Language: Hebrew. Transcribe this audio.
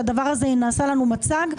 שנעשה לנו מצג,